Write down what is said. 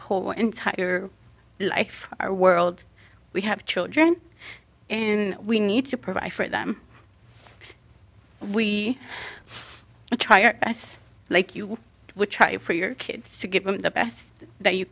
whole entire life our world we have children in we need to provide for them we try our best like you would try for your kids to give them the best that you